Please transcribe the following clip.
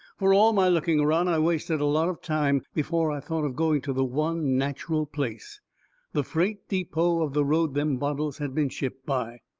fur all my looking around i wasted a lot of time before i thought of going to the one natcheral place the freight depot of the road them bottles had been shipped by.